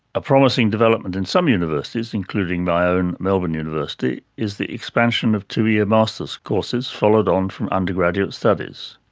a promising development in some universities, including my own melbourne university, is the expansion of two year masters courses, followed on from undergraduate studies.